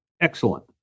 Excellent